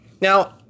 Now